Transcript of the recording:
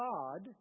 God